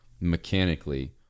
mechanically